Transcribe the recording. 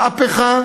מהפכה